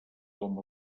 com